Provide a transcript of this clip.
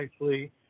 nicely